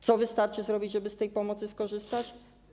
Co wystarczy zrobić, żeby z tej pomocy skorzystać?